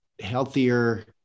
healthier